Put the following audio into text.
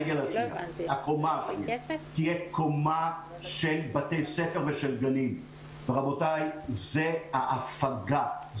דרך אגב, הם גם לא מתוגמלים כראוי על העבודה שלהם.